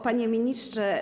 Panie Ministrze!